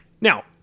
Now